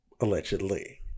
allegedly